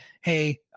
hey